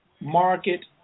Market